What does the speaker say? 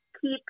keep